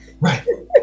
Right